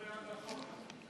בעד החוק.